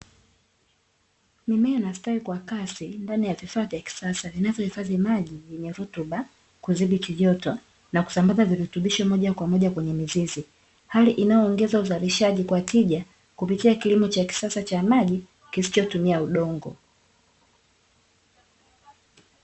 Mimea inastawi kwa kasi ndani ya vifaa vya kisasa, vinavyohifadhi maji yenye rutuba, kudhibiti joto na kusambaza virutubisho moja kwa moja kwenye mizizi, hali inayoongeza uzalishaji kwa tija, kupitia kilimo cha kisasa cha maji kisichotumia udongo.